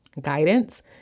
guidance